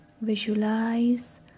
Visualize